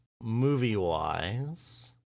movie-wise